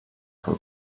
for